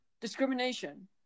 Discrimination